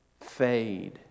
fade